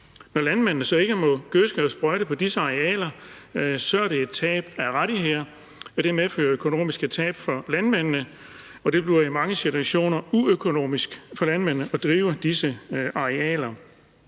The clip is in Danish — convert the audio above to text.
Når landmændene så ikke må gødske og sprøjte på disse arealer, er det et tab af rettigheder, og det medfører økonomiske tab for landmændene, og det bliver i mange situationer uøkonomisk for landmændene at drive disse arealer.